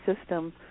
system